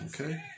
Okay